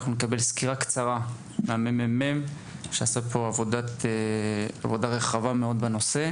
אנחנו נקבל סקירה קצרה מהממ"מ שעשה פה עבודה רחבה מאוד בנושא,